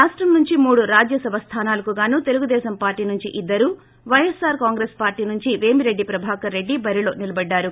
రాష్టం నుంచి మూడు రాజ్యసభ స్థానాలకు గాను తెలుగుదేశం పార్టీ నుంచి ఇద్దరు పైఎస్ఆర్ కాంగ్రెస్ పార్టీ నుంచి పేమిరెడ్డి ప్రభాకర్రెడ్డి బరిలో నిలబడ్డారు